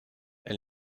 elle